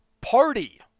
party